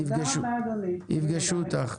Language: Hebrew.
אז יפגשו אותך.